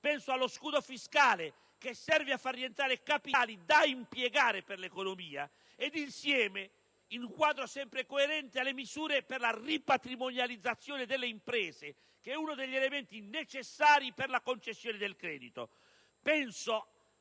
Penso allo scudo fiscale, che serve a far rientrare capitali da impiegare nell'economia, in un quadro sempre coerente con le misure per la ripatrimonializzazione delle imprese, uno degli elementi necessari per la concessione del credito;